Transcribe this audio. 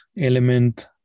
element